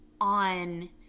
on